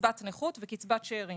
קצבת נכות וקצבת שארים.